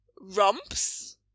rumps